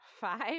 five